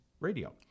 radio